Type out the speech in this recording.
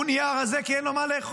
הוא נהיה רזה, כי אין לו מה לאכול.